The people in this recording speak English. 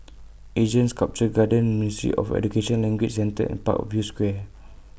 Asean Sculpture Garden Ministry of Education Language Centre and Parkview Square